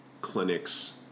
clinics